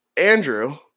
Andrew